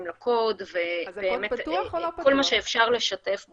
לקוד ובאמת את כל מה שאפשר לשתף בו.